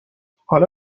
حالا